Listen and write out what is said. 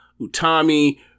Utami